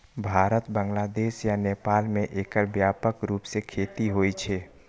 भारत, बांग्लादेश आ नेपाल मे एकर व्यापक रूप सं खेती होइ छै